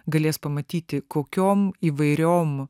galės pamatyti kokiom įvairiom